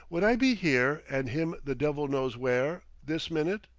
would i be here and him the devil knows where, this minute?